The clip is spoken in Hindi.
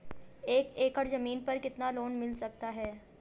एक एकड़ जमीन पर कितना लोन मिल सकता है?